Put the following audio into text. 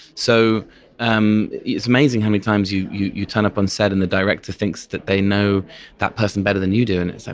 so um it's amazing how many times you you turn up on set and the director thinks that they know that person better than you do. and it's